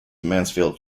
mansfield